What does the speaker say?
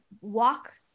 walk